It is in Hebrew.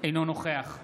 נוכח